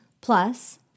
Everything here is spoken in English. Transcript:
Plus